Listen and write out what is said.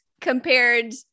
compared